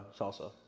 salsa